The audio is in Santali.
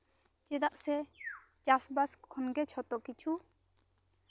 ᱪᱮᱫᱟᱜ ᱥᱮ ᱪᱟᱥ ᱵᱟᱥ ᱠᱷᱚᱱᱜᱮ ᱡᱷᱚᱛᱚ ᱠᱤᱪᱷᱩ